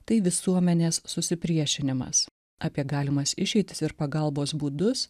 tai visuomenės susipriešinimas apie galimas išeitis ir pagalbos būdus